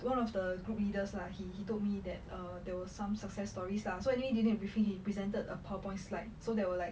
one of the group leaders lah he he told me that err there was some success stories lah so anyway during the briefing he presented a powerpoint slide so they were like